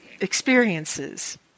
Experiences